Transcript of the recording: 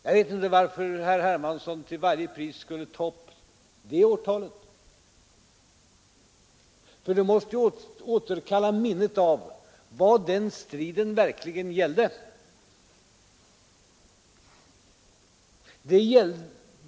Jag vet inte varför herr Hermansson till varje pris skulle ta upp det årtalet, för det måste återkalla minnet av vad den striden verkligen gällde.